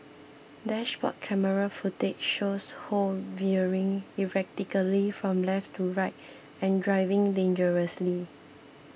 dashboard camera footage shows Ho veering erratically from left to right and driving dangerously